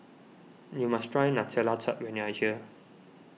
you must try Nutella Tart when you are here